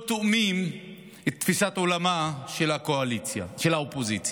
תואמים את תפיסת עולמה של האופוזיציה.